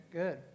good